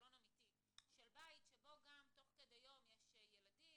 בסלון אמיתי של בית שבו גם תוך כדי יום יש ילדים,